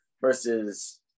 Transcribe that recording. versus